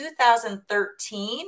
2013